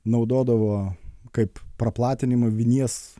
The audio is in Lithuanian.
naudodavo kaip praplatinimą vinies